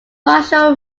partial